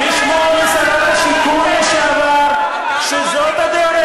לשמוע משרת השיכון לשעבר שזאת הדרך?